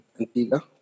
Antigua